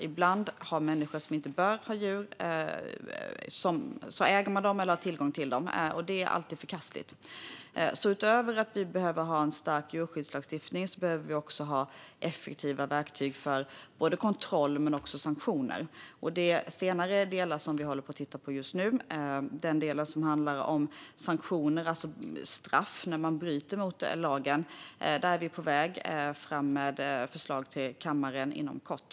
Ibland är det människor som inte bör ha djur som äger dem eller har tillgång till dem, och det är alltid förkastligt. Utöver en stark djurskyddslagstiftning behöver vi därför ha effektiva verktyg för kontroll men också sanktioner. Det senare är delar som vi håller på och tittar på just nu. I delen som handlar om sanktioner, alltså straff när man bryter mot lagen, är vi på väg fram med förslag till riksdagen inom kort.